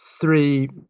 three